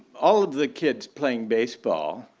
all of the kids playing baseball